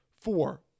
four